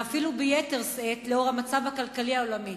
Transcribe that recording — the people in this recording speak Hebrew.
ואפילו ביתר שאת לאור המצב הכלכלי העולמי.